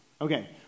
Okay